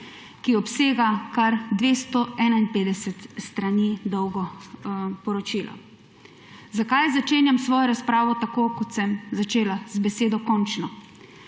ki obsega kar 251 strani dolgo poročilo. Zakaj začenjam svojo razpravo tako, kot sem začela, z besedo končno?